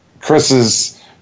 Chris's